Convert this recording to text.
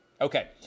Okay